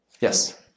Yes